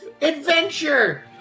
adventure